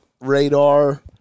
radar